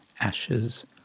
ashes